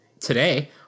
today